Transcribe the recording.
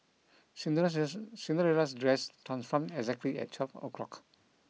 Cinderella's Cinderella's dress transformed exactly at twelve o'clock